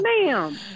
ma'am